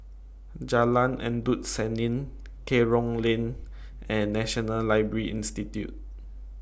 Jalan Endut Senin Kerong Lane and National Library Institute